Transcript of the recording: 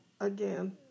again